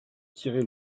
tirer